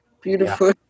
beautiful